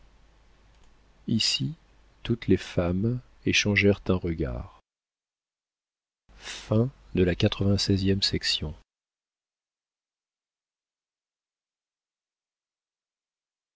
peut-être toutes les femmes échangèrent un regard